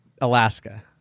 Alaska